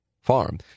Farm